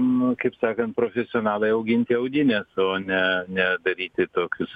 nu kaip sakant profesionalai auginti audines o ne ne daryti tokius